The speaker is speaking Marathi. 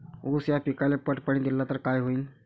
ऊस या पिकाले पट पाणी देल्ल तर काय होईन?